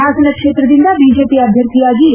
ಹಾಸನ ಕ್ಷೇತ್ರದಿಂದ ಬಿಜೆಪಿ ಅಭ್ಯರ್ಥಿಯಾಗಿ ಎ